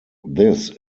this